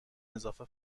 اضافه